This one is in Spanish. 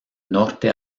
norte